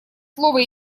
слово